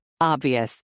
Obvious